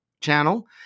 channel